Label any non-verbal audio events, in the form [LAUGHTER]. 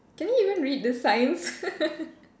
can you even read the signs [LAUGHS]